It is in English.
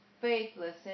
faithless